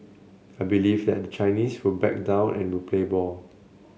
I believe that the Chinese will back down and will play ball